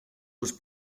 was